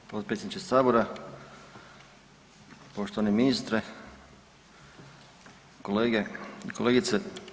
g. Potpredsjedniče sabora, poštovani ministre, kolege i kolegice.